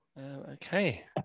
Okay